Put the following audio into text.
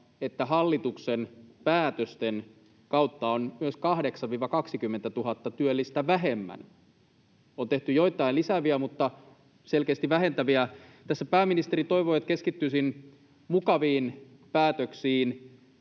että hallituksen päätösten kautta on myös 8 000—20 000 työllistä vähemmän. On tehty joitain lisääviä mutta selkeästi myös vähentäviä toimia. Tässä pääministeri toivoi, että keskittyisin mukaviin päätöksiin.